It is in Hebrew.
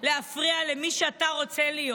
להפריע למי שאתה רוצה להיות,